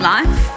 Life